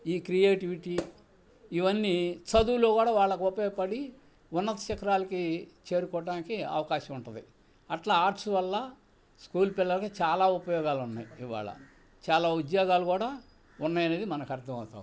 ఈ క్రియేటివిటీ ఇవన్నీ చదువులో కూడా వాళ్ళకి ఉపయోగపడి ఉన్నత శిఖరాలకి చేరుకోవడాానికి అవకాశం ఉంటుంది అట్లా ఆర్ట్స్ వల్ల స్కూల్ పిల్లలకి చాలా ఉపయోగాలు ఉన్నాయి ఇవాళ చాలా ఉద్యోగాలు కూడా ఉన్నాయనేది మనకు అర్థమవుతూ ఉంది